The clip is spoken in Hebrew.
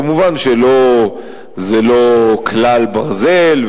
כמובן שזה לא כלל ברזל,